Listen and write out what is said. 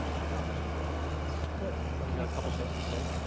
about twenty minutes. good. and then we got a couple thing to say.